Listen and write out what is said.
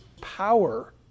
power